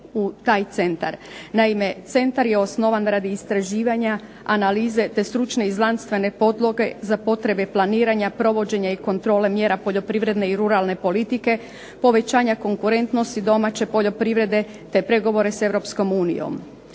u taj centar. Naime, centar je osnovan radi istraživanja, analize te stručne i znanstvene podloge za potrebe planiranja, provođenja i kontrole mjera poljoprivredne i ruralne politike, povećanja konkurentnosti domaće poljoprivrede te pregovore sa